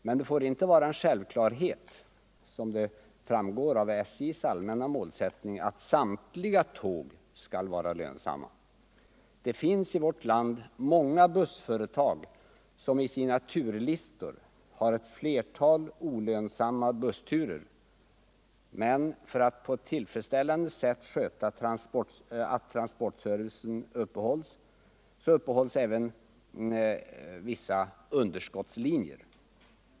Men det får inte vara en självklarhet — som det tycks vara om man skall döma av SJ:s allmänna målsättning — att samtliga tåg skall vara lönsamma. Det finns i vårt land många bussföretag som i sina turlistor har ett flertal olönsamma bussturer, men för att transportservicen skall skötas på ett tillfredsställande sätt upprätthålls vissa underskottslinjer.